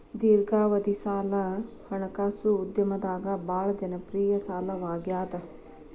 ದೇರ್ಘಾವಧಿ ಸಾಲ ಹಣಕಾಸು ಉದ್ಯಮದಾಗ ಭಾಳ್ ಜನಪ್ರಿಯ ಸಾಲವಾಗ್ಯಾದ